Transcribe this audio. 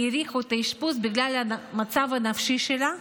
והאריכו את האשפוז בגלל המצב הנפשי שלה,